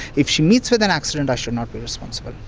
if she meets with an accident i shall not be responsible.